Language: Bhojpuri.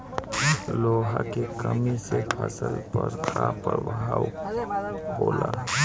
लोहा के कमी से फसल पर का प्रभाव होला?